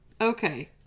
Okay